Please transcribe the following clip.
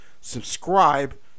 subscribe